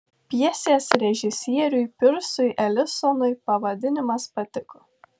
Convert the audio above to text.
pjesės režisieriui pirsui elisonui pavadinimas patiko